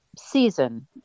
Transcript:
season